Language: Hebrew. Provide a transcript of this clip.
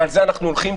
ועל זה אנחנו הולכים,